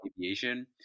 aviation